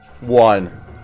One